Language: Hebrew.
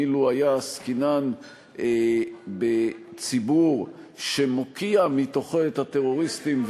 אילו היה עסקינן בציבור שמוקיע בתוכו את הטרוריסטים,